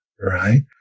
Right